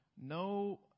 no